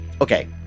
Okay